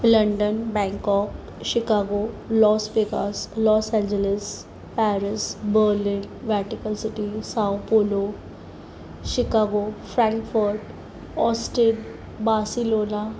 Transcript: London Bangkok Chicago los vegas Los Angeles Paris Berlin Vatican city south polo Chicago Frankfurt austin Barcelona